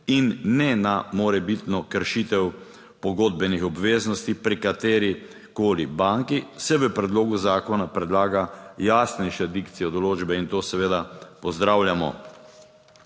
in ne na morebitno kršitev pogodbenih obveznosti, pri kateri koli banki se v predlogu zakona predlaga jasnejša dikcija določbe in to seveda pozdravljamo.